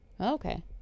Okay